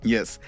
Yes